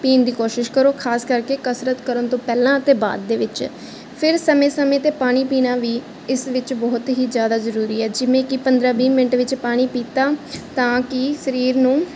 ਪੀਣ ਦੀ ਕੋਸ਼ਿਸ਼ ਕਰੋ ਖਾਸ ਕਰਕੇ ਕਸਰਤ ਕਰਨ ਤੋਂ ਪਹਿਲਾਂ ਅਤੇ ਬਾਅਦ ਦੇ ਵਿੱਚ ਫਿਰ ਸਮੇਂ ਸਮੇਂ 'ਤੇ ਪਾਣੀ ਪੀਣਾ ਵੀ ਇਸ ਵਿੱਚ ਬਹੁਤ ਹੀ ਜ਼ਿਆਦਾ ਜ਼ਰੂਰੀ ਹੈ ਜਿਵੇਂ ਕਿ ਪੰਦਰ੍ਹਾਂ ਵੀਹ ਮਿੰਟ ਵਿੱਚ ਪਾਣੀ ਪੀਤਾ ਤਾਂ ਕਿ ਸਰੀਰ ਨੂੰ